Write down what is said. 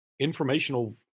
informational